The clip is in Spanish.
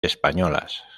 españolas